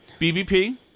BBP